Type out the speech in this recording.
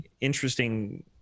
interesting